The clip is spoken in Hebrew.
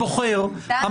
התקציב.